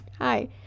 Hi